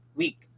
week